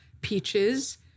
peaches